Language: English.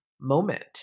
moment